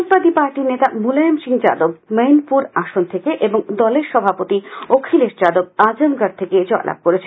সমাজবাদী পার্টির নেতা সুলতান সিং যাদব মৈনপুরী আসন থেকে এবং দলের সভাপতি অখিলেশ যাদব অজেমগড থেকে জয়লাভ করেছেন